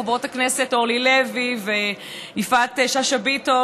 חברות הכנסת אורלי לוי ויפעת שאשא ביטון.